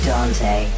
Dante